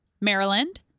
Maryland